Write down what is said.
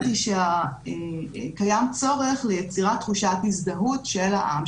היא שקיים צורך ליצירת תחושת הזדהות של העם,